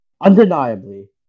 undeniably